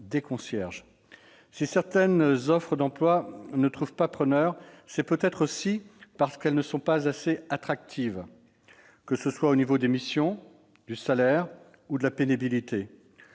de concierge. Si certaines offres d'emploi ne trouvent pas preneur, c'est peut-être aussi parce qu'elles ne sont pas assez attractives, que ce soit au niveau des missions, du salaire ou au regard de la pénibilité.